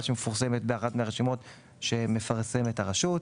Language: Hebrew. שמפורסמת באחת מהרשימות שמפרסמת הרשות.